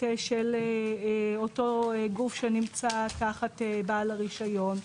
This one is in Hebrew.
של אותו גוף שנמצא תחת בעל הרישיון,